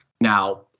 Now